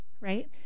Right